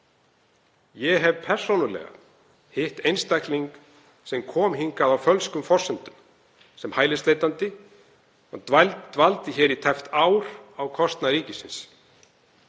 Ég hef persónulega hitt einstakling sem kom hingað á fölskum forsendum sem hælisleitandi og dvaldi hér í tæpt ár á kostnað ríkisins.